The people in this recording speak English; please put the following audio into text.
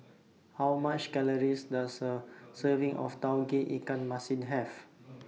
How Many Calories Does A Serving of Tauge Ikan Masin Have